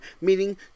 Meaning